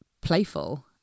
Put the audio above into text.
playful